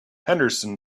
henderson